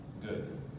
good